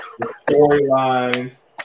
storylines